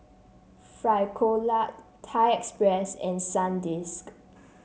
Frisolac Thai Express and Sandisk